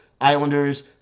Islanders